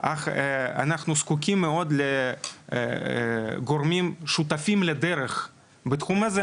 אך אנחנו זקוקים מאוד לגורמים שותפים לדרך בתחום הזה,